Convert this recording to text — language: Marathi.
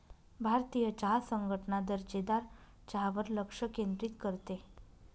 भारतीय चहा संघटना दर्जेदार चहावर लक्ष केंद्रित करते